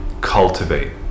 cultivate